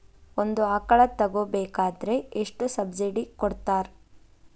ಒಂದು ಆಕಳ ತಗೋಬೇಕಾದ್ರೆ ಎಷ್ಟು ಸಬ್ಸಿಡಿ ಕೊಡ್ತಾರ್?